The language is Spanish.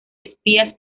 espías